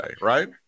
right